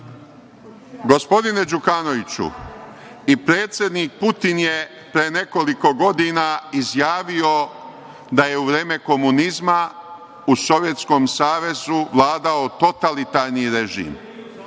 Gospodine Đukanoviću i predsednik Putin je pre nekoliko godina izjavio da je u vreme komunizma u Sovjetskom savezu vladao totalitarni režim.